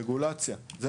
רגולציה, חקיקה.